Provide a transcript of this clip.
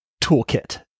toolkit